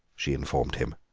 she informed him.